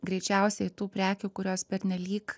greičiausiai tų prekių kurios pernelyg